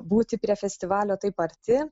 būti prie festivalio taip arti